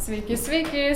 sveiki sveiki